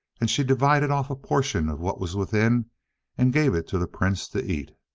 and she divided off a portion of what was within and gave it to the prince to eat.